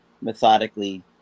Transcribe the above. methodically